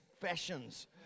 fashions